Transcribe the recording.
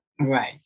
Right